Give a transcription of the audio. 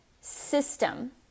system